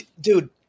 Dude